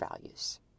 values